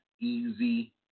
easy